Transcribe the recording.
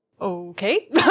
okay